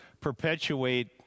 perpetuate